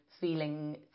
feeling